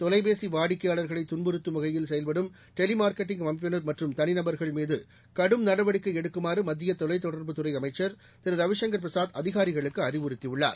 தொலைபேசி வாடிக்கையாளர்களை துன்புறுத்தும் வகையில் செயல்படும் டெலி மார்க்கெட்டிங் அமைப்பினர் மற்றும் தனிநபர்கள் மீது கடும் நடவடிக்கை எடுக்குமாறு மத்திய தொலைத் தொடர்புத்துறை அமைச்சர் திரு ரவிசங்கர் பிரசாத் அதிகாரிகளுக்கு அறிவுறுத்தியுள்ளார்